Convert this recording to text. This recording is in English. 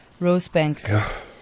Rosebank